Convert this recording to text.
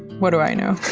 what do i know?